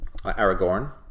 Aragorn